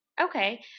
Okay